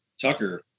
Tucker